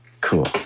Cool